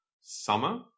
summer